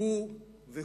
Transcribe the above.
אני לא